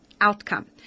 outcome